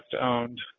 owned